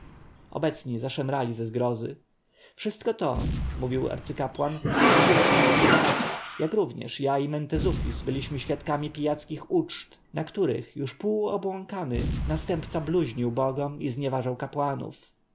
obecni zaszemrali ze zgrozy wszystko to mówił arcykapłan widzieliśmy w pi-bast jak również ja i mentezufis byliśmy świadkami pijackich uczt na których już półobłąkany następca bluźnił bogom i znieważał kapłanów